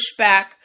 pushback